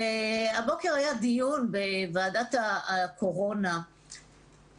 הבוקר היה דיון בוועדת הקורונה,